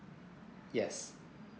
yes